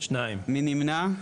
2 נמנעים,